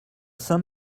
saint